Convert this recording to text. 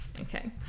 Okay